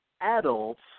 adults